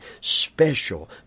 special